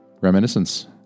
reminiscence